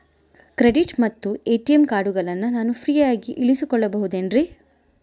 Credit ಮತ್ತ ATM ಕಾರ್ಡಗಳನ್ನ ನಾನು ಫ್ರೇಯಾಗಿ ಇಸಿದುಕೊಳ್ಳಬಹುದೇನ್ರಿ?